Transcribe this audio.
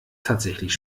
tatsächlich